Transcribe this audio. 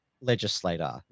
legislator